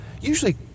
usually